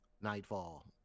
nightfall